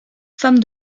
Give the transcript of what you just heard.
femme